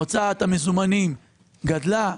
הוצאת המזומנים גדלה,